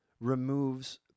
removes